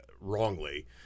wrongly